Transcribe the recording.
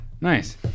Nice